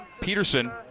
Peterson